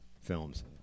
films